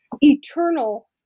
eternal